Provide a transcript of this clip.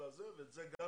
ואת זה גם